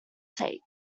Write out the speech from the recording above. sake